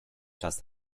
czas